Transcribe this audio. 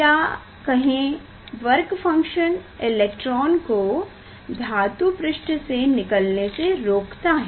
या कहें work function electron को धातु पृष्ठ से निकलने से रोकता है